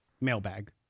mailbag